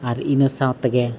ᱟᱨ ᱤᱱᱟᱹ ᱥᱟᱶᱛᱮᱜᱮ